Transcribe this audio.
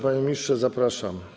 Panie ministrze, zapraszam.